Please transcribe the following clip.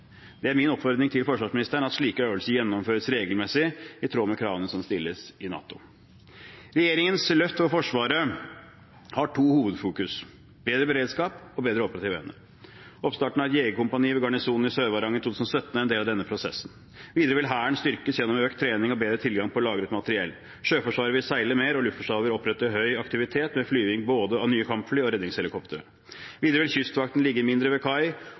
Det er min oppfordring til forsvarsministeren at slike øvelser gjennomføres regelmessig, i tråd med kravene som stilles i NATO. Regjeringens løft for Forsvaret har to hovedtema: bedre beredskap og bedre operativ evne. Oppstarten av Jegerkompaniet ved garnisonen i Sør-Varanger i 2017 er en del av denne prosessen. Videre vil Hæren styrkes gjennom økt trening og bedre tilgang på lagret materiell. Sjøforsvaret vil seile mer, og Luftforsvaret vil opprette høy aktivitet med flyving både med nye kampfly og med redningshelikoptre. Videre vil Kystvakten ligge mindre ved kai